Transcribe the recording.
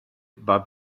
war